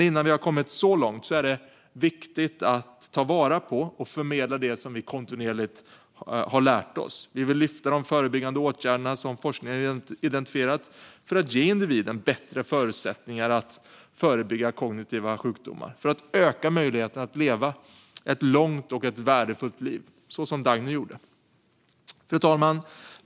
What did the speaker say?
Innan vi har kommit så långt är det viktigt att ta vara på och förmedla det som vi kontinuerligt har lärt oss. Vi vill lyfta fram de förebyggande åtgärder som forskningen har identifierat för att ge individen bättre förutsättningar att förebygga kognitiva sjukdomar, för att öka möjligheten att leva ett långt och värdefullt liv, som Dagny gjorde. Fru talman!